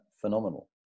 phenomenal